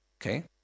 Okay